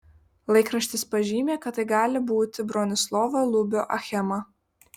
laikraštis pažymi kad tai gali būti bronislovo lubio achema